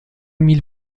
mille